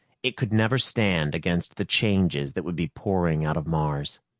it could never stand against the changes that would be pouring out of mars.